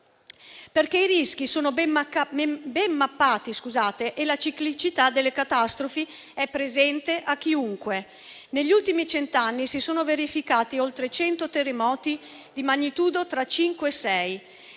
sono, infatti, ben mappati e la ciclicità delle catastrofi è presente a chiunque. Negli ultimi cento anni si sono verificati oltre cento terremoti di magnitudo tra cinque